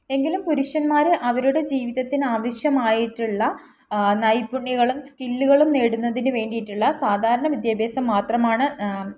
എങ്കിലും പുരുഷന്മാർ അവരുടെ ജീവിതത്തിന് ആവശ്യമായിട്ടുള്ള നൈപുണ്യങ്ങളും സ്കില്ലുകളും നേടുന്നതിനുവേണ്ടിയിട്ടുള്ള സാധാരണ വിദ്യാഭ്യാസം മാത്രമാണ്